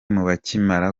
bakimara